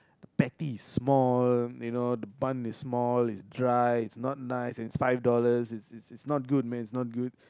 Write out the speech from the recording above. patty is small you know the bun is small is dry is not nice and it's five dollars it's it's not good man it's not good